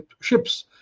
ships